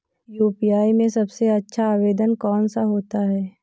UPI में सबसे अच्छा आवेदन कौन सा होता है?